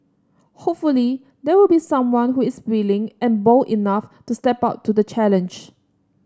hopefully there will be someone who is willing and bold enough to step up to the challenge